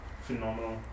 phenomenal